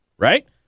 Right